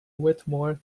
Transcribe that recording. whittemore